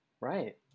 right